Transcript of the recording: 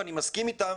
ואני מסכים אתם,